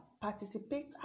participate